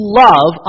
love